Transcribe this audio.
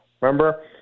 Remember